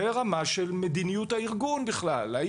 זה רמה של מדיניות הארגון בכלל,